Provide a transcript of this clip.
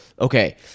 okay